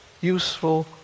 useful